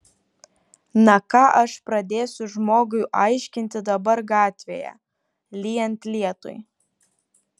na ką aš pradėsiu žmogui aiškinti dabar gatvėje lyjant lietui